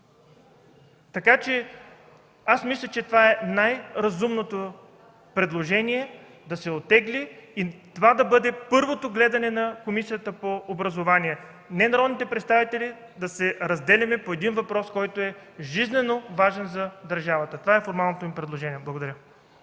месеца. Мисля, че това е най-разумното предложение – да се оттегли, и това да бъде първото гледане на Комисията по образованието и науката, не народните представители да се разделяме по въпрос, който е жизнено важен за държавата. Това е формалното ми предложение. Благодаря.